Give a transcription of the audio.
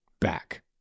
back